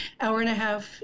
hour-and-a-half